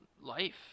life